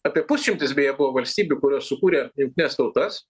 apie pusšimtis beje buvo valstybių kurios sukūrė jungtines tautas